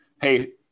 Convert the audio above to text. Hey